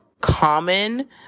common